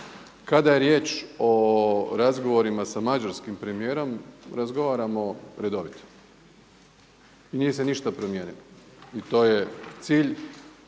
Kada je riječ o razgovorima sa mađarskim premijerom razgovaramo redovito i nije se ništa promijenilo i to je cilj